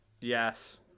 Yes